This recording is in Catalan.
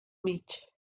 mig